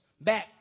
back